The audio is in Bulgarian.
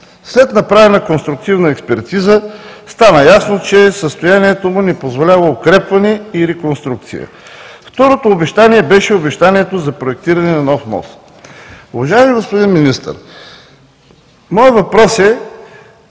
След направена конструктивна експертиза стана ясно, че състоянието му не позволява укрепване и реконструкция. Второто обещание, беше обещанието за проектиране на нов мост. Уважаеми господин Министър, моят въпрос е